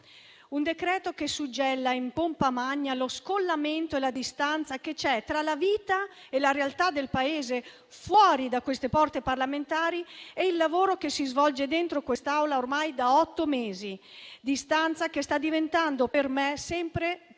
un decreto che suggella in pompa magna lo scollamento e la distanza che ci sono tra la vita e la realtà del Paese fuori da queste aule parlamentari, con il lavoro che si svolge dentro quest'Aula ormai da otto mesi. Tale distanza sta diventando per me sempre più